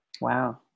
wow